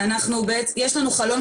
אז כשאנחנו עושים צעדים